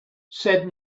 said